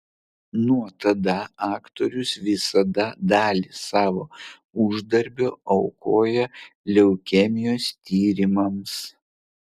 nuo tada aktorius visada dalį savo uždarbio aukoja leukemijos tyrimams